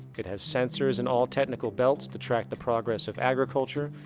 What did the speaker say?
it has sensors in all technical belts to track the progress of agriculture,